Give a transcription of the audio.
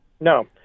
No